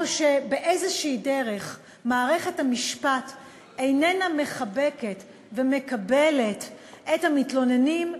או שבאיזו דרך מערכת המשפט איננה מחבקת ומקבלת את המתלוננים.